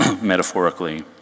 metaphorically